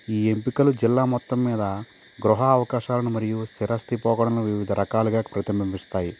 ఈ ఎంపికలు జిల్లా మొత్తం మీద గృహ అవకాశాలను మరియు స్థిరాస్తి పోకడలను వివిధ రకాలుగా ప్రతిబింబిస్తాయి